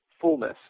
fullness